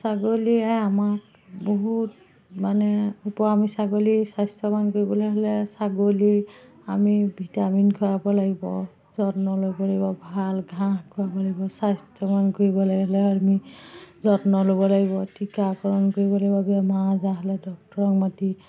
ছাগলীয়ে আমাক বহুত মানে উপ আমি ছাগলী স্বাস্থ্যৱান কৰিবলে হ'লে ছাগলীক আমি ভিটামিন খুৱাব লাগিব যত্ন ল'ব লাগিব ভাল ঘাঁহ খুৱাব লাগিব স্বাস্থ্যৱান কৰিব লাগিলে আমি যত্ন ল'ব লাগিব টীকাকৰণ কৰিব লাগিব বেমাৰ আজাৰ হ'লে ডক্টৰক মাতি